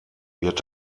wird